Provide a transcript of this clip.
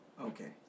Okay